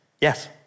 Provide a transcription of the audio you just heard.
Yes